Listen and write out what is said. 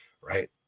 right